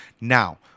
Now